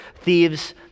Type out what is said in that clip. thieves